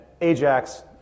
Ajax